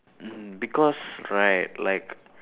mm because right like